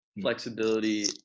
flexibility